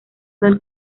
del